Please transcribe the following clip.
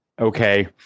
okay